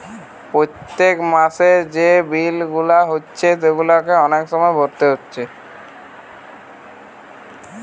পোত্তেক মাসের যে বিল গুলা হচ্ছে সেগুলাকে সময় মতো ভোরতে হচ্ছে